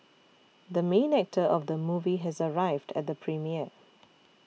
the main actor of the movie has arrived at the premiere